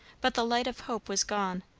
but the light of hope was gone,